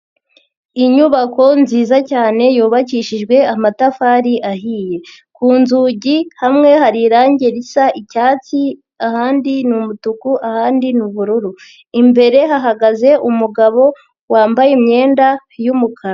Inyubako nziza cyane yubakishijwe amatafari ahiye, ku nzugi hamwe hari irange risa icyatsi ahandi ni umutuku ahandi ni ubururu, imbere hahagaze umugabo wambaye imyenda y'umukara.